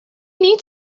need